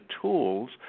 tools